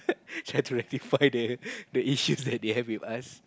try to rectify the the issue that they have with us